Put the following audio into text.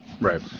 right